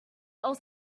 else